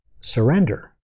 surrender